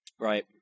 Right